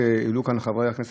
מטיבם של תחקירים,